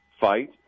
fight